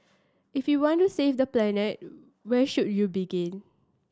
if you want to save the planet where should you begin